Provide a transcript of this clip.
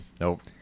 Nope